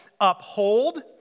uphold